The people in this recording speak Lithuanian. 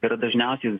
yra dažniausiai